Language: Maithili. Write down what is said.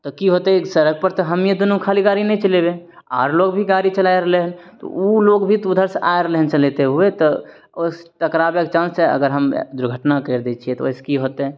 तऽ की होतै सड़क पर तऽ हम्मे दुन्नू खाली गाड़ी नहि चलेबै आर लोग भी गाड़ी चलाय रहलै हइ ओ लोग भी तऽ उधर से आ रहलै हइ चलेते हुए ओ टकराबै के चांस छै अगर हम दुर्घटना करि दै छियै तऽ ओहिसे की होतै